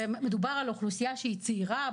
מדובר על אוכלוסייה צעירה,